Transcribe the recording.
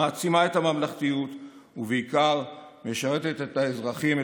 הממשלה (תיקון, ממשלת חילופים).